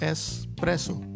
Espresso